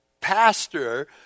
pastor